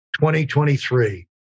2023